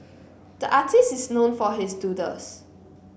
the artist is known for his doodles